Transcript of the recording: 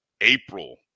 April